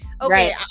okay